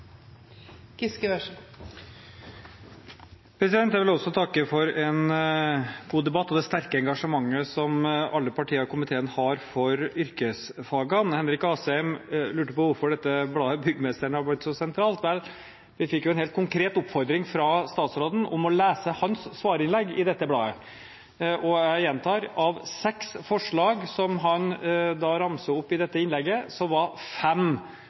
det sterke engasjementet som alle partiene i komiteen har for yrkesfagene. Henrik Asheim lurte på hvorfor bladet Byggmesteren har blitt så sentralt. Vel, vi fikk en helt konkret oppfordring fra statsråden om å lese hans svarinnlegg i dette bladet, og jeg gjentar: Av seks forslag som han ramset opp i dette innlegget, var fem fra den rød-grønne regjeringen. Det eneste som han på noen som helst genuin måte kan si stammer fra ham selv, var